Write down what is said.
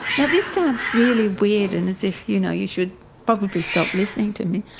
now this sounds really weird and as if you know you should probably stop listening to me,